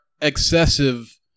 excessive